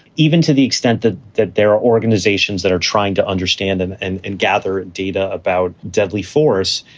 even to the extent that that there are organizations that are trying to understand and and and gather and data about deadly force.